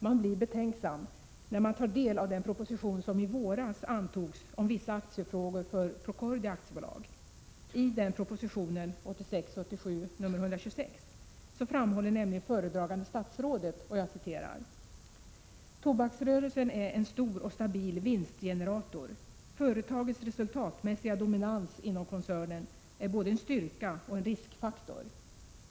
Man blir betänksam när man tar del av den proposition som i våras antogs om vissa aktiefrågor för Procordia AB. I propositionen 1986/87:126 framhåller nämligen föredragande statsrådet: ”Tobaksrörelsen är en stor och stabil vinstgenerator. Företagets resultatmässiga dominans inom koncernen är både en styrka och en riskfaktor.